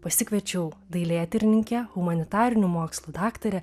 pasikviečiau dailėtyrininkę humanitarinių mokslų daktarę